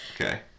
Okay